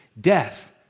death